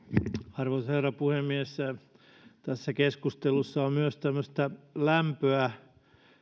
arvoisa herra puhemies tässä keskustelussa on myös tämmöistä lämpöä ja